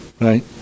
Right